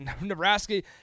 Nebraska